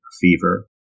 fever